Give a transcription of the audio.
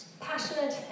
passionate